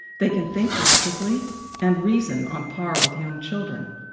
they can think logically and reason on par with young children.